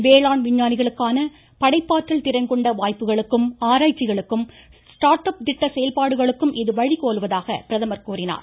வேளாண் விஞ்ஞானிகளுக்கு படைப்பாற்றல் திறன்கொண்ட வாய்ப்புகளுக்கும் ஆராயச்சிகளுக்கும் ஸ்டார்ட் அப் திட்ட செயல்பாடுகளுக்கும் இது வழிகோலுவதாக கூறினார்